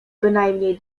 bynajmniej